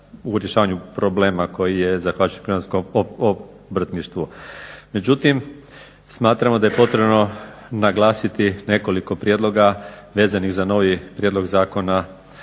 u rješavanju problema koji je zahvaćen … obrtništvu. Međutim, smatramo da je potrebno naglasiti nekoliko prijedloga vezanih za novi prijedlog zakona